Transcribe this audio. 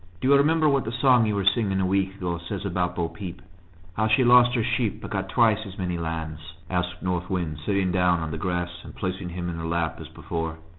do you remember what the song you were singing a week ago says about bo-peep how she lost her sheep, but got twice as many lambs? asked north wind, sitting down on the grass, and placing him in her lap as before.